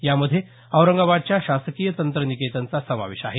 यामध्ये औरंगाबादच्या शासकीय तंत्रनिकेतनचा समावेश आहे